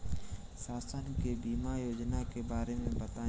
शासन के बीमा योजना के बारे में बताईं?